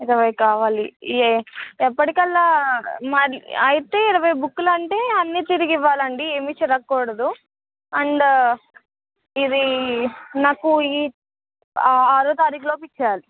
ఇరవై కావాలి ఏ ఎప్పటికల్లా మాది అయితే ఇరవై బుక్కులంటే అన్నీ తిరిగి ఇవ్వాలండి ఏమి చిరగకూడదు అండ్ ఇది నాకు ఈ ఆరో తారీఖు లోపల ఇచ్చేయాలి